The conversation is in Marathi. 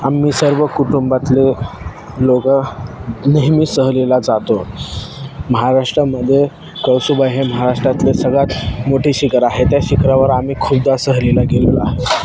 आम्ही सर्व कुटुंबातले लोकं नेहमी सहलीला जातो महाराष्ट्रामध्ये कळसुबाई हे महाराष्ट्रातले सगळ्यात मोठे शिखर आहे त्या शिखरावर आम्ही खुपदा सहलीला गेलो आहोत